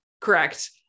Correct